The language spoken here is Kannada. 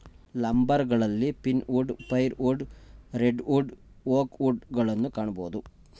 ಲಂಬರ್ಗಳಲ್ಲಿ pine wood, fire wood, red wood, oak wood ಗಳನ್ನು ಕಾಣಬೋದು